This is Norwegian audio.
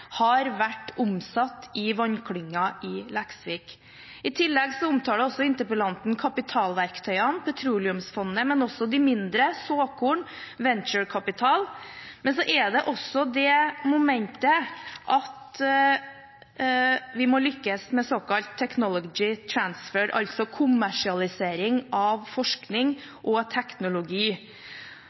har vært omsatt i Vannklyngen i Leksvik. I tillegg omtalte også interpellanten kapitalverktøyene, Petroleumsfondet og også de mindre, som såkornfond og venturekapital. Så er det også det momentet at vi må lykkes med såkalt Technologi Transfer, altså kommersialisering av forskning og teknologi.